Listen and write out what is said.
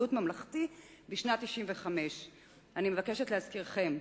בריאות ממלכתי בשנת 1995. אני מבקשת להזכירכם: